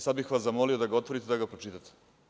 Sad, bih vas zamolio da ga otvorite i da ga pročitate.